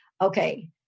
okay